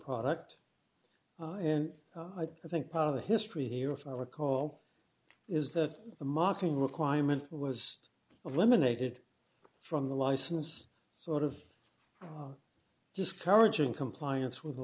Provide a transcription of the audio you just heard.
product and i think part of the history here if i recall is that the marking requirement was eliminated from the license sort of discouraging compliance with the